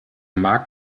markt